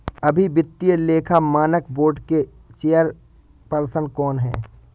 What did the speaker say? अभी वित्तीय लेखा मानक बोर्ड के चेयरपर्सन कौन हैं?